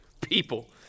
People